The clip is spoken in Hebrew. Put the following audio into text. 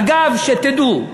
אגב, שתדעו,